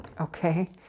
Okay